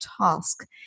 task